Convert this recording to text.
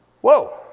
Whoa